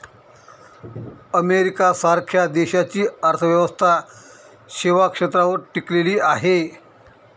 America सारख्या देशाची अर्थव्यवस्था सेवा क्षेत्रावर टिकलेली आहे